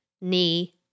knee